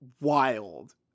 wild